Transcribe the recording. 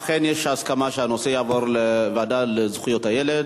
אכן יש הסכמה שהנושא יעבור לוועדה לזכויות הילד,